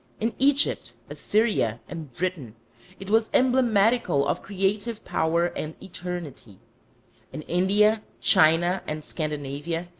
in egypt, assyria, and britain it was emblematical of creative power and eternity in india, china, and scandinavia,